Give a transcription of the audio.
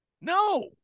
no